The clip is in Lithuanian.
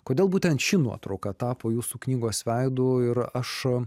kodėl būtent ši nuotrauka tapo jūsų knygos veidu ir aš